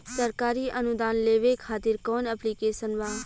सरकारी अनुदान लेबे खातिर कवन ऐप्लिकेशन बा?